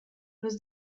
nus